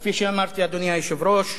כפי שאמרתי, אדוני היושב-ראש,